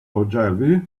ogilvy